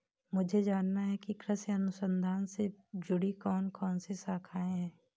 मुझे जानना है कि कृषि अनुसंधान से जुड़ी कौन कौन सी शाखाएं हैं?